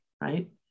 right